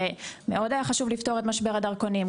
ומאוד היה חשוב לפתור את משבר הדרכונים,